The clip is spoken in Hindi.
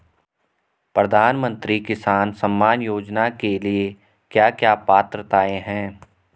प्रधानमंत्री किसान सम्मान योजना के लिए क्या क्या पात्रताऐं हैं?